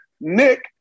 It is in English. Nick